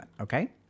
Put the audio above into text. Okay